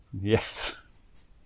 Yes